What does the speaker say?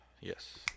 Yes